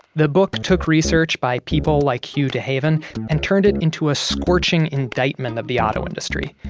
the book took research by people like hugh dehaven and turned it into a scorching indictment that the auto industry,